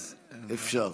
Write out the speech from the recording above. אז אפשר.